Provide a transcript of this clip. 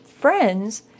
friends